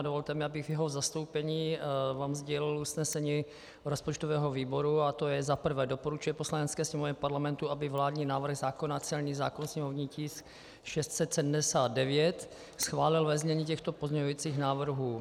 Dovolte mi, abych v jeho zastoupení vám sdělil usnesení rozpočtového výboru, a to je za prvé doporučuje Poslanecké sněmovně Parlamentu, aby vládní návrh zákona celní zákon, sněmovní tisk 679, schválila ve znění těchto pozměňovacích návrhů: